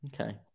Okay